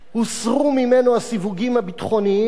הוסרו ממנו הסיווגים הביטחוניים,